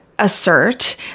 assert